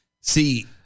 See